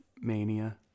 Mania